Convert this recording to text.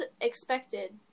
expected